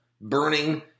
burning